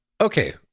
Okay